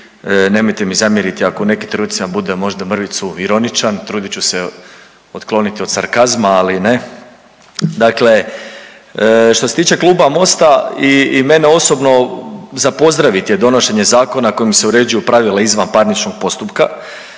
nemojte mi zamjeriti ako u nekim trenucima budem možda mrvicu ironičan, trudit ću se otkloniti od sarkazma, ali ne. Dakle, što se tiče Kluba Mosta i mene osobno za pozdraviti je donošenje zakona kojim se uređuju pravila izvanparničnog postupka